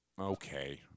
Okay